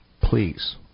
Please